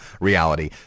reality